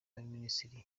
y’abaminisitiri